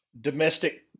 Domestic